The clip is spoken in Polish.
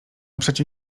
przecie